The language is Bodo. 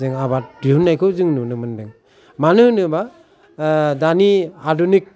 जों आबाद दिहुननायखौ जों नुनो मोनदों मानो होनोबा दानि आदुनिक